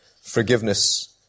forgiveness